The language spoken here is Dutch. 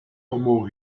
omhoog